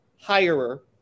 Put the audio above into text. hirer